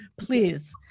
please